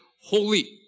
holy